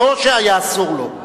לא שהיה אסור לו,